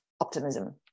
optimism